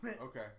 Okay